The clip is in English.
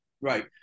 Right